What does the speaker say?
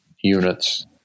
units